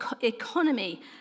economy